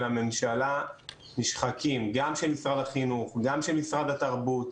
הממשלה נשחקים- גם של משרד החינוך וגם של משרד התרבות,